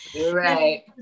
right